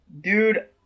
Dude